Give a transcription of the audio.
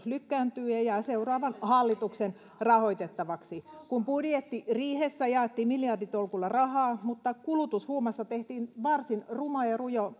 lykkääntyy ja jää seuraavan hallituksen rahoitettavaksi kun budjettiriihessä jaettiin miljarditolkulla rahaa mutta kulutushuumassa tehtiin varsin ruma ja rujo